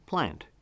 Plant